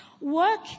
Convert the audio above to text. Work